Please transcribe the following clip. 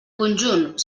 conjunt